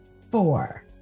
four